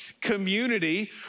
Community